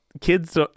Kids